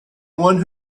one